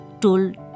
told